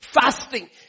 Fasting